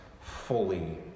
fully